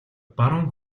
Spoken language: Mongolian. баруун